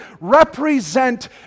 represent